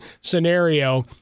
scenario